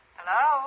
Hello